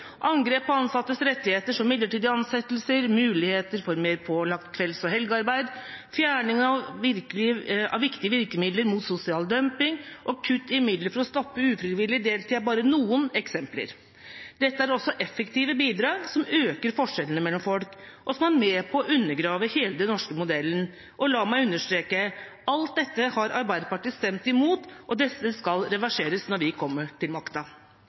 Angrep på ansattes rettigheter som midlertidige ansettelser, muligheter for mer pålagt kvelds- og helgearbeid, fjerning av viktige virkemidler mot sosial dumping og kutt i midler for å stoppe ufrivillig deltid er bare noen eksempler. Dette er også effektive bidrag som øker forskjellene mellom folk, og som er med på å undergrave hele den norske modellen. Og la meg understreke: Alt dette har Arbeiderpartiet stemt imot, og dette skal reverseres når vi kommer til makta.